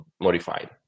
modified